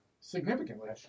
significantly